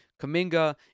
Kaminga